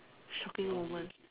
shocking moment